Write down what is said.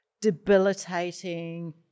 debilitating